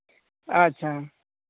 ᱟᱪᱪᱷᱟ